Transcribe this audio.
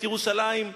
את ירושלים,